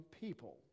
people